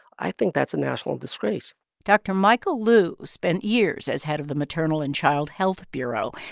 i think that's a national disgrace dr. michael lu spent years as head of the maternal and child health bureau.